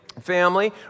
family